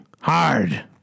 hard